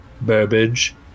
Burbage